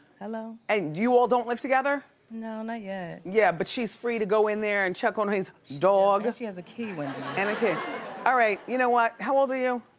hello. and you all don't live together? no, not yet. yeah, but she's free to go in there and check on his dog. and she has a key, wendy. and all ah right, you know what? how old are you?